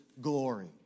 glory